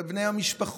של בני המשפחות,